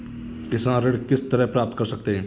किसान ऋण किस तरह प्राप्त कर सकते हैं?